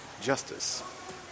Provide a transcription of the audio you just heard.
Justice